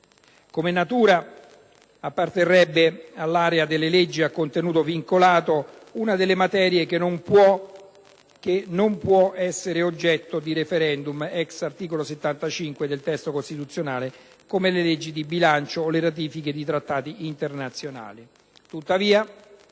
comunitaria apparterrebbe all'area delle leggi a contenuto vincolato, una delle materie che non può essere oggetto di *referendum* *ex* articolo 75 del testo costituzionale, come le leggi di bilancio o le ratifiche di trattati internazionali.